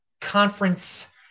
conference